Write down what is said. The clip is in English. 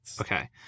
Okay